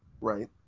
right